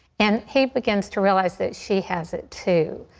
and he begins to realize that she has it, too,